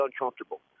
uncomfortable